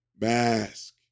Mask